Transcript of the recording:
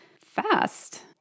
fast